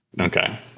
Okay